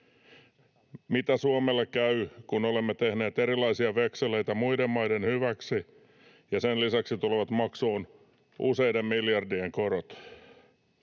Mitä Suomelle käy, kun olemme tehneet erilaisia vekseleitä muiden maiden hyväksi ja sen lisäksi tulevat maksuun useiden miljardien korot?